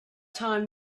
time